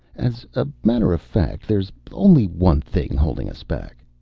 as a matter of fact, there's only one thing holding us back.